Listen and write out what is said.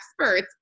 experts